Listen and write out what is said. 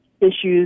issues